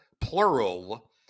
plural